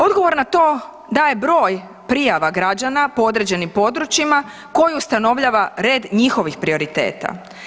Odgovor na to daje broj prijava građana po određenim područjima koji ustanovljava red njihovih prioriteta.